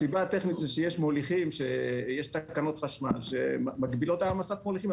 הסיבה הטכנית היא שיש תקנות חשמל שמגבילות העמסת מוליכים.